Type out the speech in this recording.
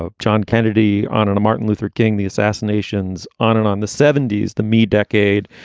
ah john kennedy on on martin luther king, the assassinations on and on the seventy s, the me decade.